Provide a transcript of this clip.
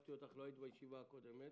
נידבתי אותך לא היית בישיבה הקודמת